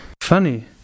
funny